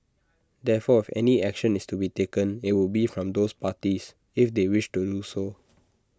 therefore if any action is to be taken IT would be from those parties if they wish to do so